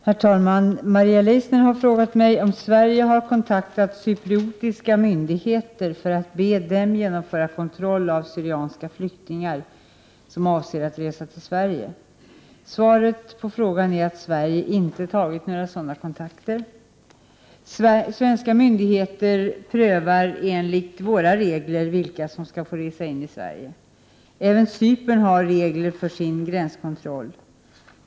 Herr talman! Maria Leissner har frågat mig om Sverige har kontaktat cypriotiska myndigheter för att be dem genomföra kontroll av syriska flyktingar som avser att resa till Sverige. Svaret på frågan är att Sverige inte har tagit några sådana kontakter. Svenska myndigheter prövar enligt våra regler vilka som skall få resa in i Sverige. Även Cypern har regler för sin gränskontroll.